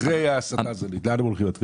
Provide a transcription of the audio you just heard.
אחרי ההסטה להן הם הולכים?